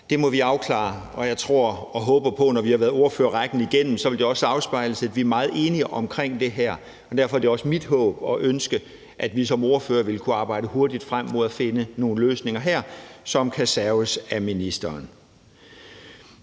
Det må vi afklare, og jeg tror og håber på, når vi har været ordførerrækken igennem, at det også vil afspejle sig i, at vi er meget enige omkring det her. Derfor er det også mit håb og ønske, at vi som ordførere vil kunne arbejde hurtigt frem mod at finde nogle løsninger her, som kan serves af ministeren.